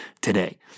today